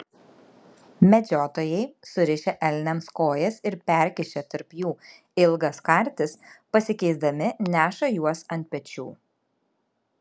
medžiotojai surišę elniams kojas ir perkišę tarp jų ilgas kartis pasikeisdami neša juos ant pečių